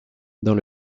dans